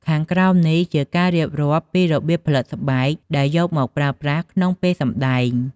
ខាងក្រោមនេះជាការរៀបរាប់ពីរបៀបផលិតស្បែកដែលយកមកប្រើប្រាស់ក្នុងពេលសម្តែង។